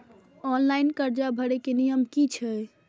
Online कर्जा भरे के नियम की छे?